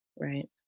Right